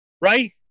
right